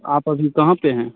आप अभी कहाँ पर हैं